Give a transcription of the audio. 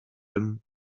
him